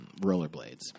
rollerblades